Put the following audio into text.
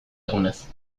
egunez